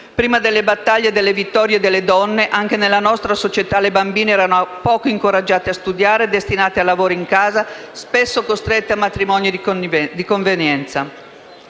prima delle battaglie e delle vittorie delle donne, anche nella nostra società le bambine erano poco incoraggiate a studiare, destinate a lavori in casa e spesso costrette a matrimoni di convenienza.